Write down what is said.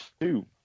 two